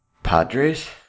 Padres